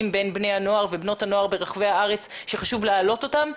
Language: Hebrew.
בין בני הנוער ובנות הנוער ברחבי הארץ שחשוב להעלות אותם.